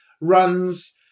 runs